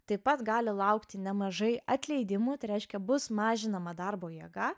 taip pat gali laukti nemažai atleidimų tai reiškia bus mažinama darbo jėga